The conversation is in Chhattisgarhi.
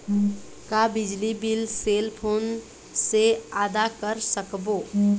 का बिजली बिल सेल फोन से आदा कर सकबो?